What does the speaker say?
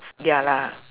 ya lah